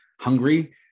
hungry